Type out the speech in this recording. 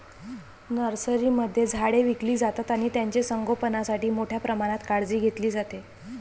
नर्सरीमध्ये झाडे विकली जातात आणि त्यांचे संगोपणासाठी मोठ्या प्रमाणात काळजी घेतली जाते